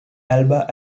alba